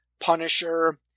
Punisher